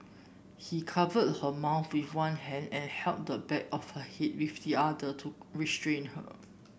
he covered her mouth with one hand and held the back of her head with the other to restrain her